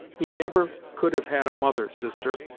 he never could have had a mother, sister!